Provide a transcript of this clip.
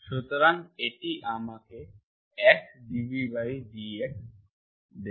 সুতরাং এটি আমাকে XdvdX121v2 v121v22v 2v1v22 দেবে